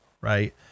right